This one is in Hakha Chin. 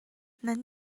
nan